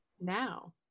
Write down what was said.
Now